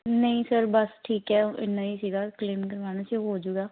ਨਹੀਂ ਸਰ ਬਸ ਠੀਕ ਹੈ ਇੰਨਾ ਹੀ ਸੀਗਾ ਕਲੇਮ ਕਰਵਾਉਣਾ ਜੇ ਹੋ ਜੂਗਾ